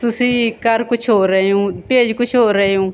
ਤੁਸੀਂ ਕਰ ਕੁਛ ਹੋਰ ਰਹੇ ਹੋ ਭੇਜ ਕੁਛ ਹੋਰ ਰਹੇ ਹੋ